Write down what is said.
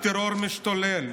הטרור משתולל,